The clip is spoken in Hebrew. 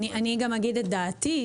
אני גם אגיד את דעתי.